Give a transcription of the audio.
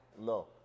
no